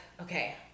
okay